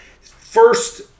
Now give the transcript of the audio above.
first